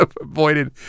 avoided